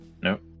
Nope